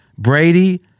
Brady